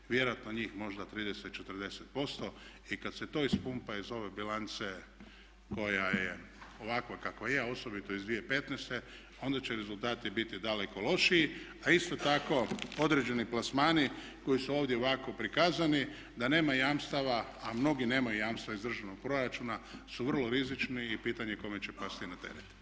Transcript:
Vjerojatno njih možda 30, 40% i kad se to ispumpa iz ove bilance koja je ovakva kakva je, a osobito iz 2015.onda će rezultati biti daleko lošiji a isto tako određeni plasmani koji su ovdje ovako prikazani da nema jamstava, a mnogi nemaju jamstava iz državnog proračuna su vrlo rizični i pitanje je kome će pasti na teret.